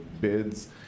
bids